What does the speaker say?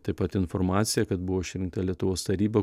taip pat informacija kad buvo išrinkta lietuvos taryba